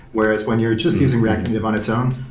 whereas, when you're just using react native on its own,